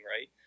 right